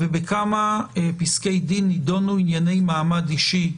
ובכמה פסקי דין נידונו ענייני מעמד אישי,